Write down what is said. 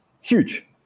huge